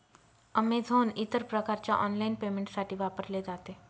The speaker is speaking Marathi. अमेझोन इतर प्रकारच्या ऑनलाइन पेमेंटसाठी वापरले जाते